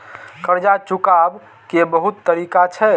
कर्जा चुकाव के बहुत तरीका छै?